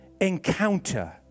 encounter